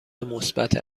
مثبت